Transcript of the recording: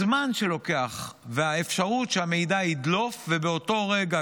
הזמן שלוקח והאפשרות שהמידע ידלוף ובאותו רגע